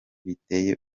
biteye